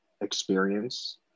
experience